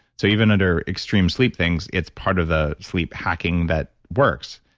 so, even under extreme sleep things, it's part of the sleep hacking that works.